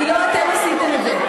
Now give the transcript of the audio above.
כי לא אתם עשיתם את זה.